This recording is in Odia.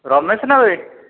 ରମେଶ ନା ବେ